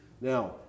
Now